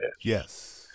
Yes